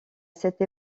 cette